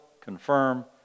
confirm